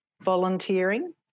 volunteering